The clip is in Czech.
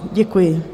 Děkuji.